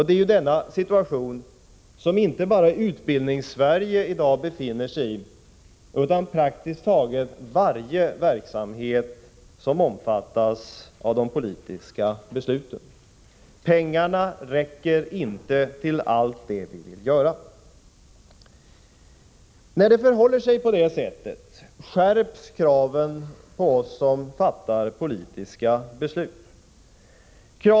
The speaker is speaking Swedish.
Det är ju inte bara Utbildningssverige som i dag befinner sig i en sådan situation utan praktiskt taget varje verksamhet som omfattas av de politiska besluten. Pengarna räcker inte till allt det vi vill göra. När det förhåller sig på det sättet skärps kraven på oss som fattar politiska beslut.